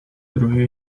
druhy